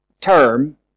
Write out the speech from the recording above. term